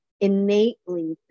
innately